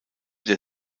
der